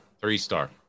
three-star